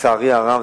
לצערי הרב,